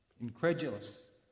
Incredulous